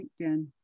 LinkedIn